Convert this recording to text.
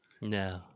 No